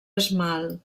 esmalt